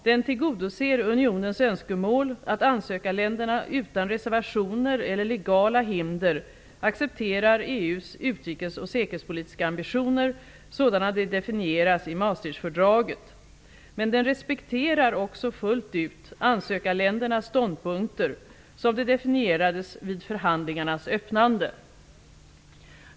Den tillgodoser unionens önskemål att ansökarländerna utan reservationer eller legala hinder accepterar EU:s utrikes och säkerhetspolitiska ambitioner, sådana de definieras i Maastrichtfördraget. Men den respekterar också fullt ut ansökarländernas ståndpunkter, som de definierades vid förhandlingarnas öppnande.